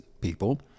people